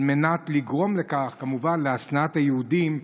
על מנת לגרום כמובן להשנאת היהודים,